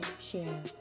share